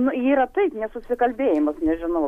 nu yra taip nesusikalbėjimas nežinau